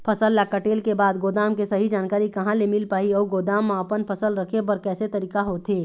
फसल ला कटेल के बाद गोदाम के सही जानकारी कहा ले मील पाही अउ गोदाम मा अपन फसल रखे बर कैसे तरीका होथे?